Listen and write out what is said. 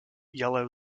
yellow